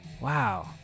Wow